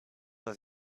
was